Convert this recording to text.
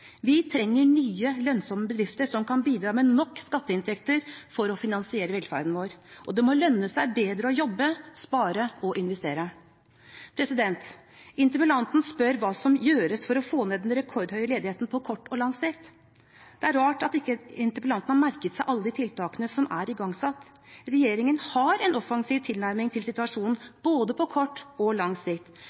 Vi trenger nye lønnsomme bedrifter som kan bidra med nok skatteinntekter for å finansiere velferden vår, og det må lønne seg bedre å jobbe, spare og investere. Interpellanten spør hva som gjøres for å få ned den rekordhøye ledigheten på kort og på lang sikt. Det er rart at ikke interpellanten har merket seg alle de tiltakene som er igangsatt. Regjeringen har en offensiv tilnærming til situasjonen både på kort og på lang sikt.